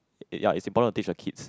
ya it's important to teach your kids